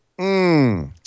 mmm